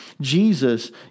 Jesus